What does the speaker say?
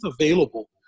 available